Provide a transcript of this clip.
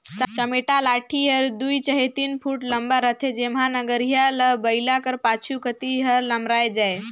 चमेटा लाठी हर दुई चहे तीन फुट लम्मा रहथे जेम्हा नगरिहा ल बइला कर पाछू कती हर लमराए जाए